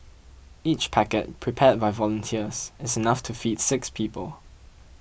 each packet prepared by volunteers is enough to feed six people